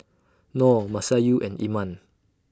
Nor Masayu and Iman